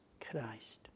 Christ